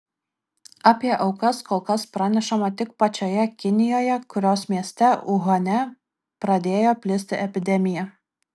apie aukas kol kas pranešama tik pačioje kinijoje kurios mieste uhane pradėjo plisti epidemija